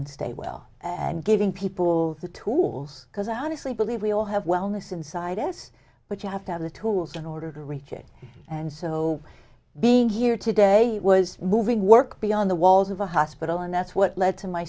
and stay well and giving people the tools because i honestly believe we all have wellness inside us but you have to have the tools in order to reach it and so being here today was moving work beyond the walls of a hospital and that's what led to my